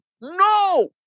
No